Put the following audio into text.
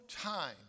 time